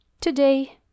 Today